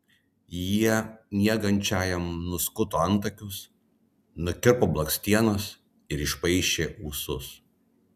jie miegančiajam nuskuto antakius nukirpo blakstienas ir išpaišė ūsus